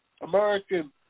American